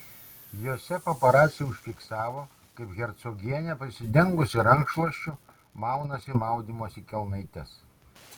jose paparaciai užfiksavo kaip hercogienė prisidengusi rankšluosčiu maunasi maudymosi kelnaites